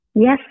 Yes